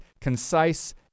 concise